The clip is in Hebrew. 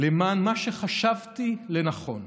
למען מה שחשבתי לנכון.